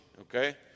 okay